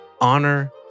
honor